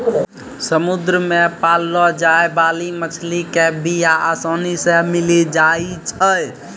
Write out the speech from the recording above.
समुद्र मे पाललो जाय बाली मछली के बीया आसानी से मिली जाई छै